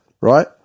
Right